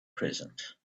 present